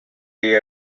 they